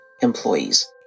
employees